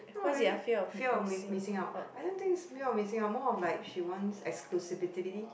not really fear of m~ missing out I don't think it's fear of missing out more of like she wants exclusivity